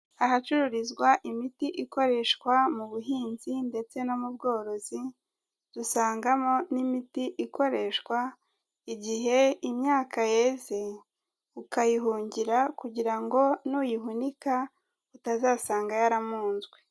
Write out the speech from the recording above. Ahacururizwa imiti ikoreshwa mu buhinzi ndetse no mu bworozi dusangamo n'imiti ikoreshwa igihe imyaka yeze ukayihungira kugira ngo nuyihunika utazasanga yaramunzwe.